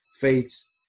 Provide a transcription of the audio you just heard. faiths